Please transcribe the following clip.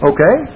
Okay